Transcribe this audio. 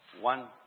One